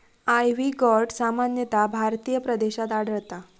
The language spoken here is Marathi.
आयव्ही गॉर्ड सामान्यतः भारतीय प्रदेशात आढळता